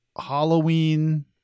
Halloween